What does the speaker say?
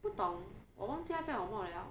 不懂我忘记它叫什么 liao